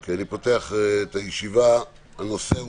אני פותח את ישיבת ועדת החוקה, חוק ומשפט.